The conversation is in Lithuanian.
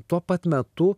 tuo pat metu